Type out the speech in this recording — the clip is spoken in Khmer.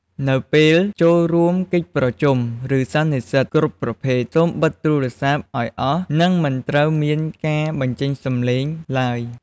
នៅពេលចូលរួមកិច្ចប្រជុំ ឬសន្និសិទគ្រប់ប្រភេទ សូមបិទទូរស័ព្ទឲ្យអស់ និងមិនត្រូវមានការបញ្ចេញសំឡេងឡើយ។